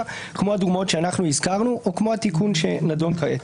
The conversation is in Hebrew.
כמו הדוגמאות שאנחנו הזכרנו או כמו התיקון שנדון כעת.